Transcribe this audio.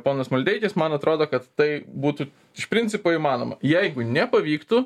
ponas maldeikis man atrodo kad tai būtų iš principo įmanoma jeigu nepavyktų